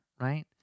Right